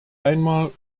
einmal